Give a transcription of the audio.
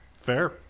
fair